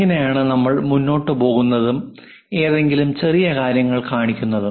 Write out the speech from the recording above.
ഇങ്ങനെയാണ് നമ്മൾ മുന്നോട്ട് പോകുന്നതും ഏതെങ്കിലും ചെറിയ കാര്യങ്ങൾ കാണിക്കുന്നതും